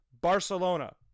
Barcelona